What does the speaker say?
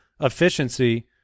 efficiency